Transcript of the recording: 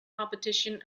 competition